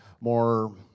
more